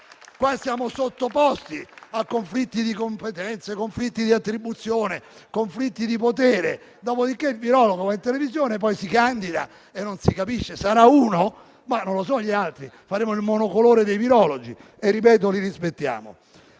Siamo sottoposti a conflitti di competenze, conflitti di attribuzione, conflitti di potere. Dopodiché, il virologo va in televisione, poi si candida e non si capisce. Sarà uno? Non so gli altri; faremo il monocolore dei virologi, ripeto, pur rispettandoli.